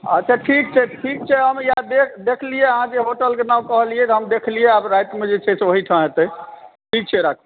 अच्छा ठीक छै ठीक छै हम इएह देखलियै आहाँ जे होटलके नाम कहलियै तऽ हम देखलियै आब रातिमे जे छै से ओहिठाम हेतै ठीक छै राखु